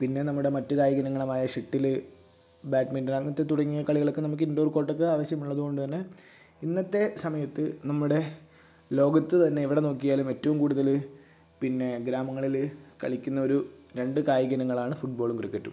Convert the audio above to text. പിന്നെ നമ്മുടെ മറ്റ് കായിക ഇനങ്ങളായ ഷട്ടിൽ ബാഡ്മിന്റൺ അങ്ങനത്തെ തുടങ്ങിയ കളികളൊക്കെ നമുക്ക് ഇൻ്റർ കോർട്ടൊക്കെ ആവശ്യമുള്ളത് കൊണ്ട് തന്നെ ഇന്നത്തെ സമയത്ത് നമ്മുടെ ലോകത്ത് തന്നെ എവിടെ നോക്കിയാലും ഏറ്റവും കൂടുതൽ പിന്നെ ഗ്രാമങ്ങളിൽ കളിക്കുന്ന ഒരു രണ്ട് കായിക ഇനങ്ങളാണ് ഫുട് ബോളും ക്രിക്കറ്റും